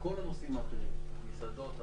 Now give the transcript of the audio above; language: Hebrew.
כל הנושאים האחרים: מסעדות,